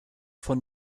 von